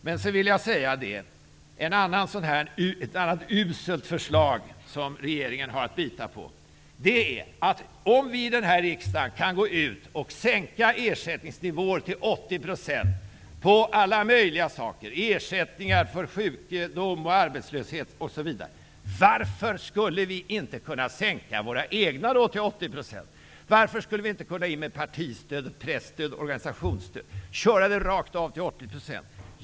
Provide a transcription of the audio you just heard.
Jag vill ta upp ett annat uselt förslag som regeringen kan bita i. Vi i riksdagen kan fatta beslut om att ersättningsnivåerna vid t.ex. sjukdom och arbetslöshet skall sänkas till 80 %. Varför kan vi då inte göra likadant när det gäller våra egna ersättningsnivåer? Varför kan inte partistöd, presstöd och organisationsstöd rakt av sänkas till 80 %?